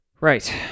right